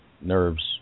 nerves